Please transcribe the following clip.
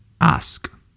ask